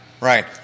Right